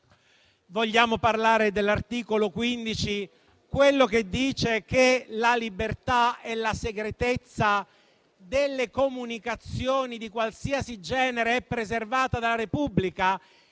Vogliamo parlare dell'articolo 15, quello che dice che la libertà e la segretezza delle comunicazioni, di qualsiasi genere, sono preservate dalla Repubblica?